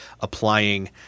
applying –